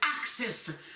access